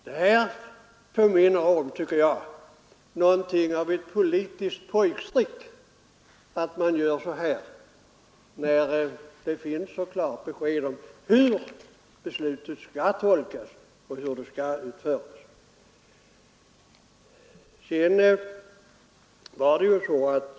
Det här är, tycker jag, något av ett politiskt pojkstreck. Det finns ett klart besked om hur beslutet skall tolkas och hur det skall utföras.